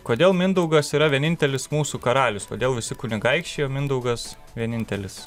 kodėl mindaugas yra vienintelis mūsų karalius todėl visi kunigaikščiai o mindaugas vienintelis